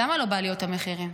למה לא בעליות המחירים?